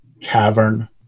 cavern